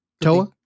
Toa